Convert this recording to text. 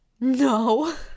No